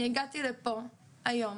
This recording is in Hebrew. אני הגעתי לפה היום